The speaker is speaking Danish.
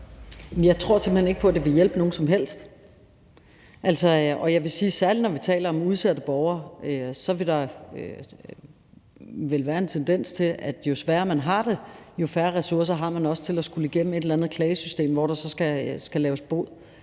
Jeg tror simpelt hen ikke på, at det vil hjælpe nogen som helst, og jeg vil sige, at særlig når vi taler om udsatte borgere, vil der vel være en tendens til, at jo sværere man har det, jo færre ressourcer har man også til at skulle igennem et eller andet klagesystem, hvor der så skal betales bod.